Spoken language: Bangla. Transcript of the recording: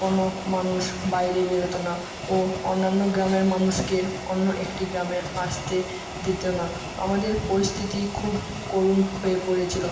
কোনো মানুষ বাইরে বেরোতো না ও অন্যান্য গ্রামের মানুষকে অন্য একটি গ্রামে আসতে দিতো না আমাদের পরিস্থিতি খুব করুণ হয়ে পড়েছিলো